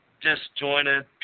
disjointed